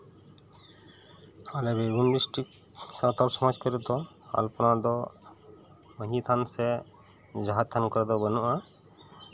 ᱟᱞᱮ ᱵᱤᱨᱵᱷᱩᱢ ᱰᱤᱥᱴᱤᱠ ᱥᱟᱱᱛᱟᱞ ᱥᱚᱥᱠᱤᱨᱤᱛᱤ ᱫᱚ ᱟᱞᱯᱚᱱᱟ ᱫᱚ ᱢᱟᱹᱡᱷᱤ ᱛᱷᱟᱱ ᱥᱮ ᱡᱟᱸᱦᱟ ᱛᱷᱟᱱ ᱠᱚᱨᱮᱜ ᱫᱚ ᱵᱟᱹᱱᱩᱜᱼᱟ